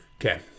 okay